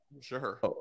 Sure